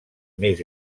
més